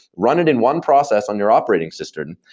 run it in one process on your operating system,